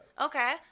Okay